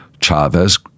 Chavez